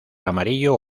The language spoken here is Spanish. amarillo